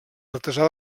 artesà